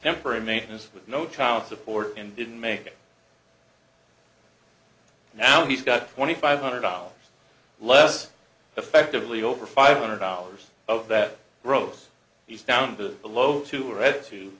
temporary maintenance with no child support and didn't make it now he's got twenty five hundred dollars less effectively over five hundred dollars of that gross he's down to below to read to